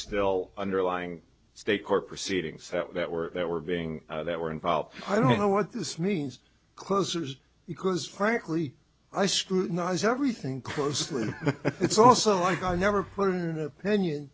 still underlying state court proceedings that were that were being that were involved i don't know what this means closers because frankly i scrutinize everything closely it's also like i never pinion